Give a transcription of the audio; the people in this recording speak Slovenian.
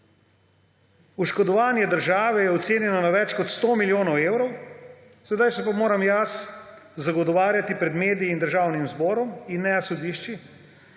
Oškodovanje države je ocenjeno na več kot 100 milijonov evrov, sedaj pa se moram jaz zagovarjati pred mediji in državnim zborom, in ne na sodiščih,